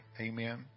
Amen